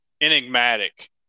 enigmatic